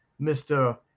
Mr